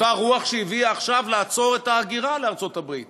אותה הרוח שהביאה עכשיו לעצור את ההגירה לארצות-הברית